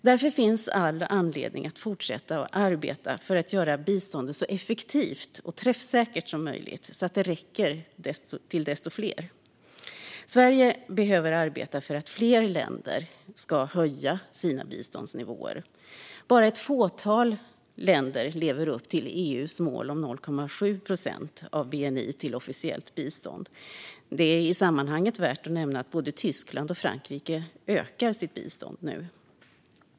Därför finns all anledning att fortsätta att arbeta för att göra biståndet så effektivt och träffsäkert som möjligt så att det räcker till desto fler. Sverige behöver arbeta för att fler länder ska höja sina biståndsnivåer. Bara ett fåtal länder lever upp till EU:s mål om att 0,7 procent av bni avsätts till officiellt bistånd. Det är i sammanhanget värt att nämna att både Tyskland och Frankrike ökar sitt bistånd.